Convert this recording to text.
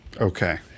Okay